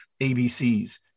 ABCs